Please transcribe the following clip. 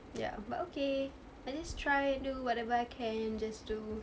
ya but okay I just try and do whatever I can just do